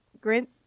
grant